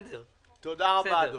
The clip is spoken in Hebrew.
תודה רבה אדוני.